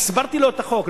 הסברתי לו את החוק,